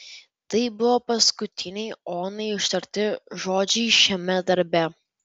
tai buvo paskutiniai onai ištarti žodžiai šiame darbe